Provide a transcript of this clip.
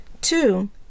Two